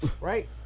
Right